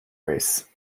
race